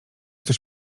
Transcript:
coś